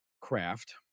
craft